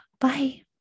Bye